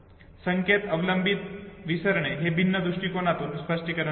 संकेत अवलंबित विसरणे हे भिन्न दृष्टिकोनातून स्पष्टीकरण देते